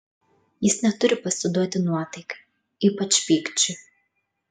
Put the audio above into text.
jis neturi pasiduoti nuotaikai ypač pykčiui